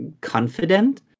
confident